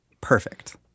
perfect